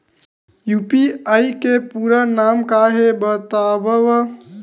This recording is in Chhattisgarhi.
यू.पी.आई के पूरा नाम का हे बतावव?